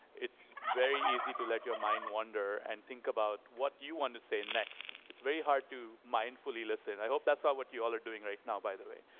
it's very easy to let your mind wander and think about what you want to say next. it's very hard to mindfully listen. i hope that's not ah what you all are doing right now, by the way.